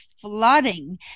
flooding